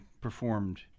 performed